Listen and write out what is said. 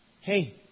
Hey